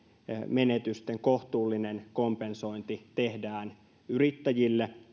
menetysten kohtuullinen kompensointi tehdään yrittäjille